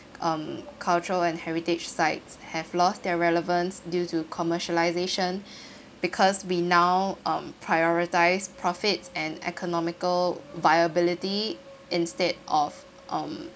um culture and heritage sites have lost their relevance due to commercialisation because we now um prioritise profit and economical viability instead of um